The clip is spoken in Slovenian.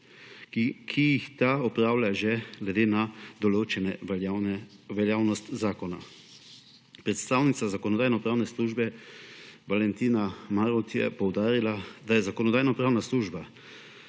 ki jih ta opravlja že glede na veljavnost zakona. Predstavnica Zakonodajno-pravne službe Valentina Marolt je poudarila, da je Zakonodajno-pravna služba